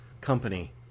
company